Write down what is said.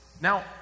Now